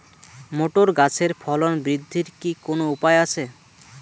Motor গাছের ফলন বৃদ্ধির কি কোনো উপায় আছে?